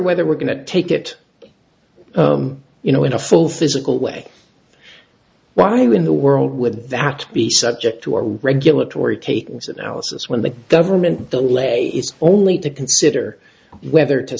whether we're going to take it you know in a full physical way why in the world would that be subject to our regulatory cake was analysis when the government the way it's only to consider whether to